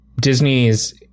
Disney's